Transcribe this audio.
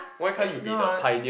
but it's not